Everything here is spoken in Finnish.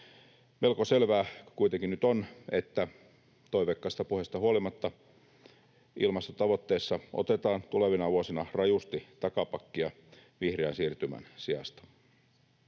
Melko selvää kuitenkin nyt on, että toiveikkaista puheista huolimatta ilmastotavoitteissa otetaan tulevina vuosina rajusti takapakkia vihreän siirtymän sijasta.